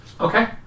Okay